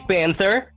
Panther